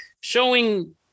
showing